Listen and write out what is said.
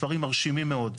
מספרים מרשימים מאוד.